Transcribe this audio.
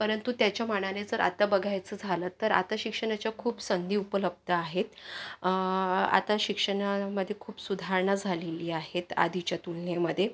परंतु त्याच्या मानाने जर आता बघायचं झालं तर आता शिक्षणाच्या खूप संधी उपलब्ध आहेत आता शिक्षणामध्ये खूप सुधारणा झालेली आहे आधीच्या तुलनेमध्ये